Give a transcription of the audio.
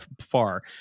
far